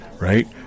right